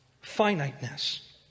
finiteness